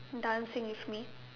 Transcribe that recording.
dancing with me